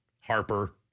Harper